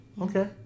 okay